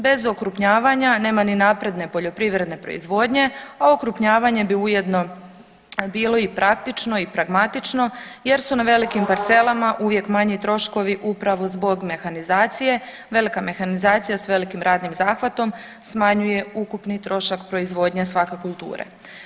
Bez okrupnjavanja nema ni napredne poljoprivredne proizvodnje, a okrupnjavanje bi ujedno bilo i praktično i pragmatično jer su na velikim parcelama uvijek manji troškovi upravo zbog mehanizacije, velika mehanizacija s velikim radnim zahvatom smanjuje ukupni trošak proizvodnje svake kulture.